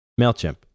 MailChimp